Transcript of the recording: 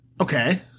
Okay